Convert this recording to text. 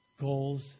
goals